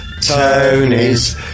Tony's